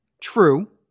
True